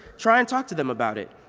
try and talk to them about it.